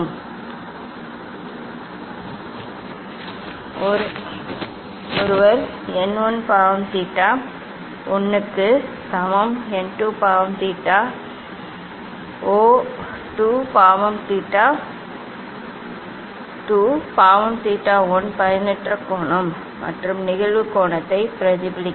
ஸ்னெல்லின் சட்டத்தின்படி ஒளிவிலகல் குறியீட்டை ஒருவர் n 1 பாவம் தீட்டா 1 க்கு சமம் n 2 பாவம் தீட்டா ஓ 2 பாவம் தீட்டா 2 பாவம் தீட்டா 1 பயனற்ற கோணம் மற்றும் நிகழ்வு கோணத்தை பிரதிபலிக்கும்